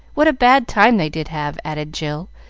what a bad time they did have, added jill,